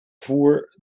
voer